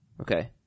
Okay